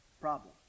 problem